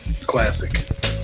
classic